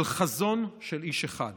של חזון של איש אחד,